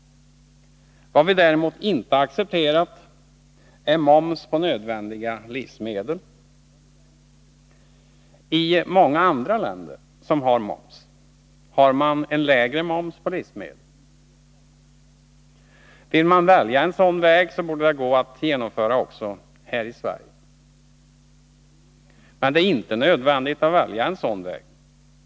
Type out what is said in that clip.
Vad vi däremot inte har accepterat är moms på nödvändiga livsmedel. I många andra länder som har moms har man en lägre moms på livsmedel. Vill man välja en sådan väg borde det också vara möjligt här i Sverige. Men det är inte nödvändigt att välja en sådan väg.